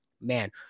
man